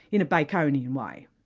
in a baconian way.